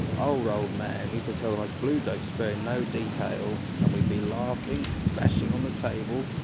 old, old man used to tell the most blue jokes sparing no detail, and we'd be laughing, bashing on the table,